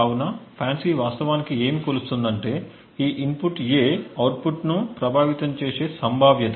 కాబట్టి FANCI వాస్తవానికి ఏమి కొలుస్తుందంటే ఈ ఇన్పుట్ A అవుట్పుట్ను ప్రభావితం చేసే సంభావ్యత